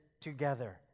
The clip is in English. together